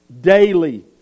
daily